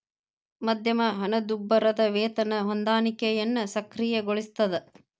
ಮಧ್ಯಮ ಹಣದುಬ್ಬರದ್ ವೇತನ ಹೊಂದಾಣಿಕೆಯನ್ನ ಸಕ್ರಿಯಗೊಳಿಸ್ತದ